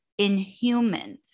inhumans